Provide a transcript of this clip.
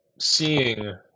seeing